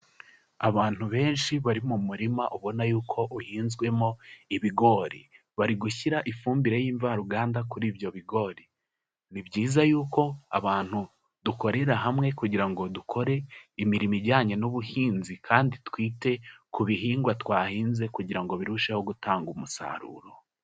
Abantu benshi bari mu murima ubona yuko uhinzwemo ibigori. Bari gushyira ifumbire y'imvaruganda kuri ibyo bigori. Ni byiza yuko abantu dukorera hamwe kugira ngo dukore imirimo ijyanye n'ubuhinzi kandi twite ku bihingwa twahinze kugira ngo birusheho gutanga umusaruro.